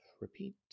Repeat